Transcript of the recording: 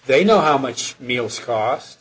they know how much meals cost